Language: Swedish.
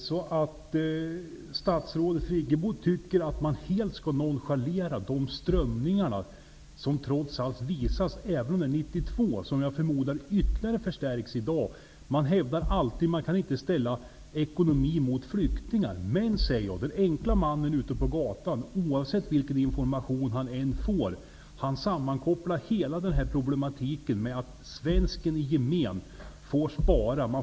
Herr talman! Tycker statsrådet Birgit Friggebo att man helt skall nonchalera de strömningar som trots allt finns? Även om undersökningen är från 1992, förmodar jag att dessa ytterligare har förstärkts i dag. Man hävdar alltid att man inte kan ställa ekonomi mot flyktingar. Men den enkle mannen på gatan -- oavsett vilken information han än får -- sammankopplar hela den här problematiken med att svensken i gemen måste spara.